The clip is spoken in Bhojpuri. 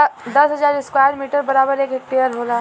दस हजार स्क्वायर मीटर बराबर एक हेक्टेयर होला